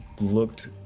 looked